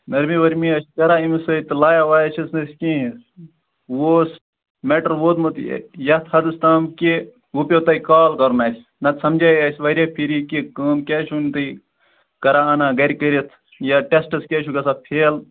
نٔرمی ؤرمی حظ چھِ کران أمِس سٍتۍ تہٕ لایان وایان چھِس نہٕ أسۍ کِہیٖنٛۍ وۅنۍ اوس میٚٹر ووتمُت ییٚتۍ یَتھ حَدس تام کہِ وۅنۍ پیٚو تۅہہِ کال کرُن اَسہِ نَتہٕ سمجایے اَسہِ واریاہہِ پھِرِ یہِ کہِ کٲم کیٛازِ چھِو نہٕ تُہۍ کران اَنان گَرِ کٔرِتھ یا ٹیٚسٹس کیٛازِ چھُ گژُھان فیٚل